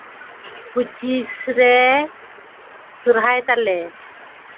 ᱯᱚᱸᱪᱤᱥ ᱨᱮ ᱥᱚᱦᱨᱟᱭ ᱛᱟᱞᱮ